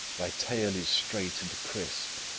thy tail is straight and crisp,